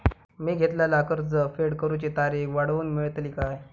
मी घेतलाला कर्ज फेड करूची तारिक वाढवन मेलतली काय?